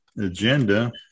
agenda